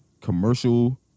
commercial